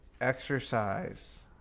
exercise